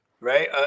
right